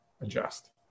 adjust